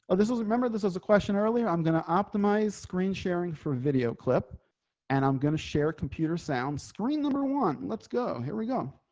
but this was, remember, this was a question earlier, i'm going to optimize screen sharing for a video clip and i'm going to share computer sound screen. number one, let's go. here we go.